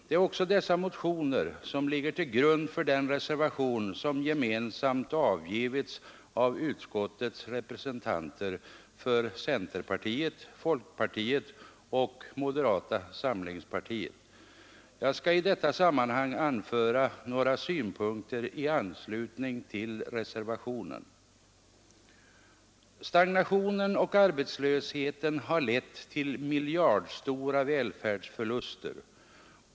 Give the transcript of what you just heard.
Det är också dessa motioner som ligger till grund för den reservation som gemensamt avgivits av utskottets representanter för centerpartiet, folkpartiet och moderata samlingspartiet. Jag skall i detta sammanhang anföra några synpunkter i anslutning till reservationen. Stagnationen och arbetslösheten har lett till miljardstora välfärdsförluster.